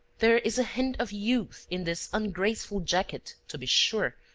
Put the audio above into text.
there is a hint of youth in this ungraceful jacket to be sure,